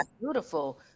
beautiful